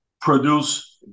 produce